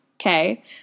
okay